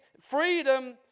freedom